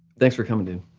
thanks for coming in.